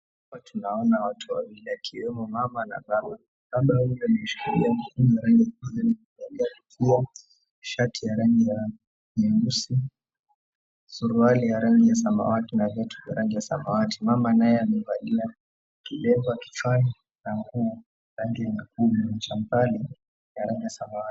Hapa tunaona watu wawili akiwemo mama na baba. Baba yule ameshikilia mtungi wa rangi ya kijani, amevalia shati ya rangi ya nyeusi, suruali ya rangi ya samawati na viatu vya rangi ya samawati, mama naye amevalia kilemba kichwani na nguo rangi nyekundu na champali ya rangi ya samawati.